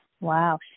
Wow